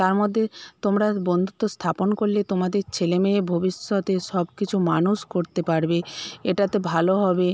তার মধ্যে তোমরা বন্ধুত্ব স্থাপন করলে তোমাদের ছেলে মেয়ে ভবিষ্যতে সব কিছু মানুষ করতে পারবে এটাতে ভালো হবে